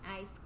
ice